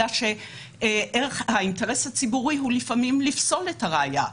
אלא שלפעמים האינטרס הציבורי הוא דווקא לפסול את הראיה.